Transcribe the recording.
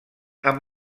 amb